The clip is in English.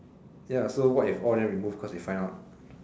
ya so what if all of them remove because they find out